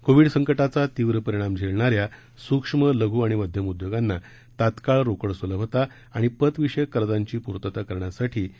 Covid संकटाचा तीव्र परिणाम झेलणाऱ्या सूक्ष्म लघू आणि मध्यम उद्योगांना तात्काळ रोकड सुलभता आणि पत विषयक कर्जांची पूर्तता करण्यासाठी याचा उपयोग होणार आहे